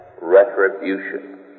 retribution